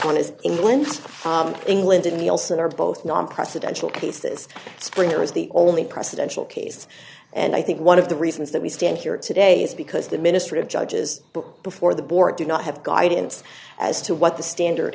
one is england and england in the olson are both non presidential cases springer is the only presidential case and i think one of the reasons that we stand here today is because the ministry of judges books before the board do not have guidance as to what the standard